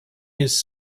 uses